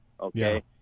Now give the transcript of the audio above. Okay